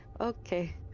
Okay